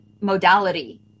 modality